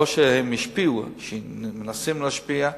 לא שהם השפיעו, אלא שמנסים להשפיע.